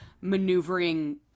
maneuvering